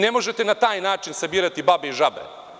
Ne možete na taj način sabirati babe i žabe.